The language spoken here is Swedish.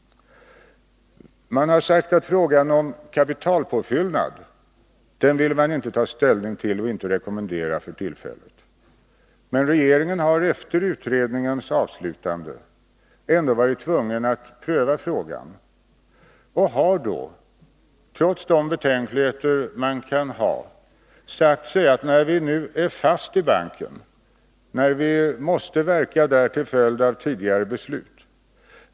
Man har sagt att man inte vill ta ställning till frågan om kapitalpåfyllnad — man vill inte rekommendera något sådant för tillfället. Regeringen har efter utredningens avslutande varit tvungen att pröva frågan och har då, trots de betänkligheter man kan ha, sagt så här: Vi är nu fast i banken och måste verka där till följd av tidigare beslut.